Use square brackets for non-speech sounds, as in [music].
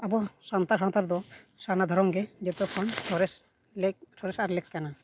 ᱟᱵᱚ ᱥᱟᱱᱛᱟᱲ ᱥᱟᱱᱛᱟᱲ ᱫᱚ ᱥᱟᱨᱱᱟ ᱫᱷᱚᱨᱚᱢ ᱜᱮ ᱡᱚᱛᱚ ᱠᱷᱚᱱ ᱥᱚᱨᱮᱥ ᱞᱮᱠ [unintelligible] ᱠᱟᱱᱟ